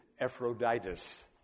Ephroditus